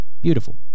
beautiful